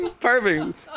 Perfect